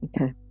Okay